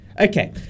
Okay